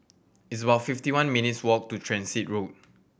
it's about fifty one minutes' walk to Transit Road